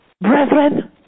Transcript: Brethren